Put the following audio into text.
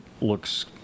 looks